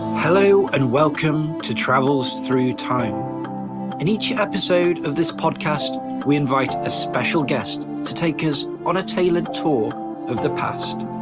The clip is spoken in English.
hello and welcome to travels through time in each episode of this podcast we invite a special guest to take us on a tailored tour of the past.